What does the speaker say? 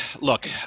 look